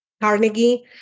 Carnegie